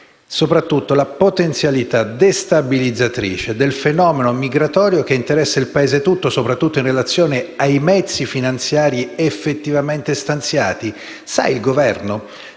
soprattutto, la potenzialità destabilizzatrice del fenomeno migratorio che interessa il Paese tutto, soprattutto in relazione ai mezzi finanziari effettivamente stanziati? Sa, il Governo,